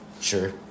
Sure